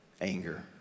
anger